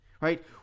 Right